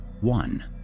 One